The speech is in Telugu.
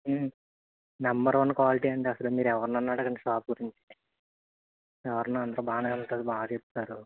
నంబర్ వన్ క్వాలిటీ అండి అసలు మీరు ఎవరినన్నా అడగండి షాపు గురించి ఎవరైనా అంతా బాగానే ఉంటుంది బాగా చెప్తారు